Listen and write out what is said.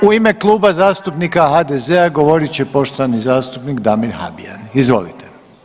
U ime Kluba zastupnika HDZ-a govorit će poštovani zastupnik Damir Habijan, izvolite.